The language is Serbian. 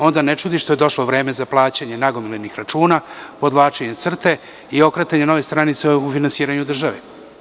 Onda ne čudi što je došlo vreme za plaćanje nagomilanih računa, podvlačenje crte i okretanje nove stranice u finansiranju države.